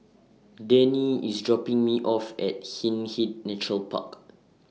Denny IS dropping Me off At Hindhede Nature Park